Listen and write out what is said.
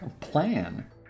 plan